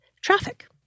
traffic